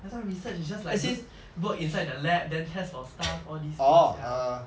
I thought research is just like those work inside the lab then test for stuff all these things ya